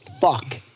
fuck